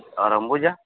আর Ambuja